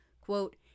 quote